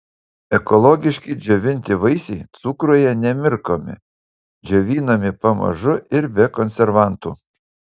ekologiški džiovinti vaisiai cukruje nemirkomi džiovinami pamažu ir be konservantų